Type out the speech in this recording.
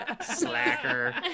slacker